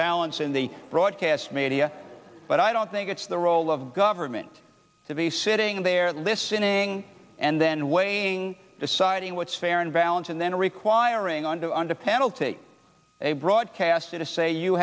balance in the broadcast media but i don't think it's the role of government to be sitting there listening and then weighing deciding what's fair and balance and then requiring under under penalty a broadcaster to say you